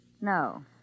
No